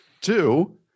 Two